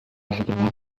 journée